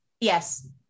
Yes